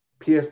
PS